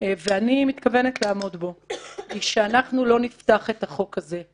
- ואני מתכוונת לעמוד בו - הוא שאנחנו לא נפתח את החוק הזה,